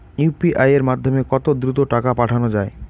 UPI এর মাধ্যমে কত দ্রুত টাকা পাঠানো যায়?